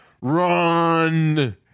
RUN